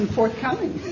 forthcoming